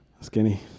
skinny